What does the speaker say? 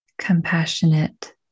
Compassionate